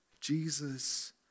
Jesus